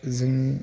जोंनि